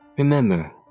Remember